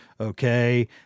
okay